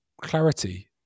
clarity